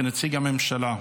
כנציג הממשלה.